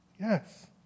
Yes